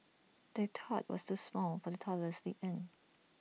the top was too small for the toddler sleep in